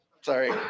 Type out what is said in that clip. sorry